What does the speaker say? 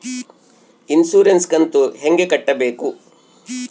Insurance ಕಂತು ಹೆಂಗ ಕಟ್ಟಬೇಕು?